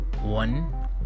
one